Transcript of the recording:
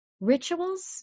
Rituals